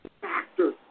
factor